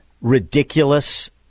ridiculous